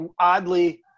oddly